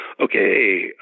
okay